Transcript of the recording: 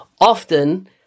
often